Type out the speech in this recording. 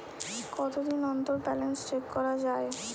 কতদিন অন্তর balance check করা য়ায়?